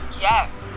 Yes